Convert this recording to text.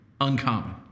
uncommon